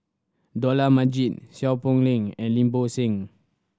Dollah Majid Seow Poh Leng and Lim Bo Seng